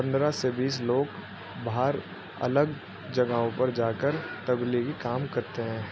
پندرہ سے بیس لوگ باہر الگ جگہوں پر جا کر تبلیغی کام کرتے ہیں